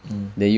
mm